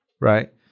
right